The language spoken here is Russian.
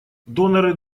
доноры